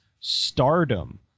stardom